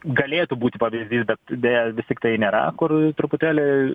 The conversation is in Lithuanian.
galėtų būti pavyzdys bet deja vis tiktai nėra kur truputėlį